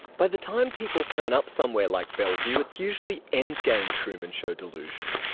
by the time people turn up somewhere like bellevue, it's usually end game truman show delusion,